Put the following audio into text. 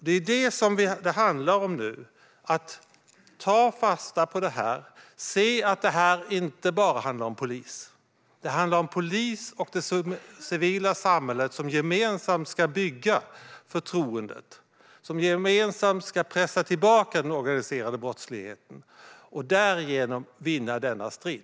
Det är detta det handlar om nu: att ta fasta på detta och se att det inte bara handlar om polisen. Det handlar om polisen och det civila samhället, som gemensamt ska bygga förtroendet, pressa tillbaka den organiserade brottsligheten och därigenom vinna denna strid.